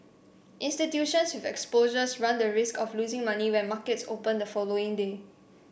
institutions with exposures run the risk of losing money when markets open the following day